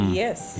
yes